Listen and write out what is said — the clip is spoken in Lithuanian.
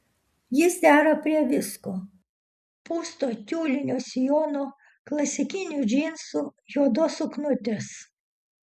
jis dera prie visko pūsto tiulinio sijono klasikinių džinsų juodos suknutės